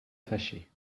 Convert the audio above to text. fâcher